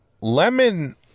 Lemon